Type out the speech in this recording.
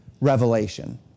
revelation